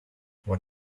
what